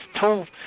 told